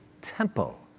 tempo